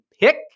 pick